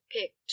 picked